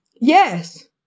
Yes